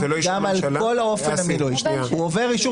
זה אישור